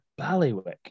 Ballywick